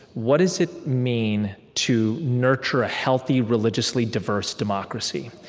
what does it mean to nurture a healthy religiously diverse democracy?